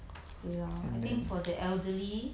mm